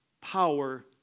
power